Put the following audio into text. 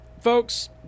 folks